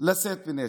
לשאת נשק.